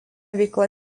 veikla